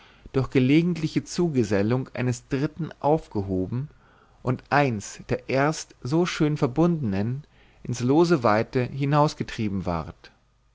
durch gelegentliche zugesellung eines dritten aufgehoben und eins der erst so schön verbundenen ins lose weite hinausgetrieben ward